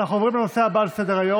אנחנו עוברים לנושא הבא על סדר-היום,